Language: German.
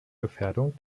gefährdung